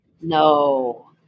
No